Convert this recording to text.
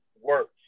works